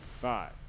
Five